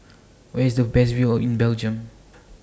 Where IS The Best View in Belgium